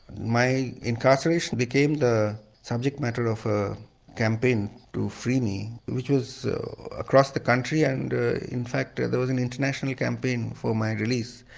my incarceration became the subject matter of a campaign to free me, which was so across the country and in fact there was an international campaign for my release.